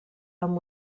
amb